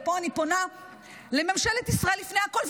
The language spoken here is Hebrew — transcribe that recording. ופה אני פונה לממשלת ישראל לפני הכול,